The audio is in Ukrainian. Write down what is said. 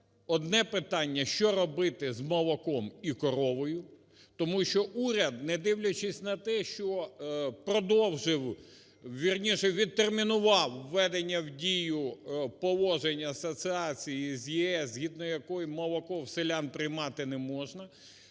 Одне питання – що робити з молоком і коровою. Тому що уряд, не дивлячись на те, що продовжив, вірніше, віртермінував введення в дію положень асоціації з ЄС, згідно якої молоко в селян приймати не можна,